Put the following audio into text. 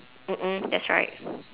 mm mm that's right